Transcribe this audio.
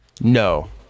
No